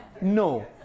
No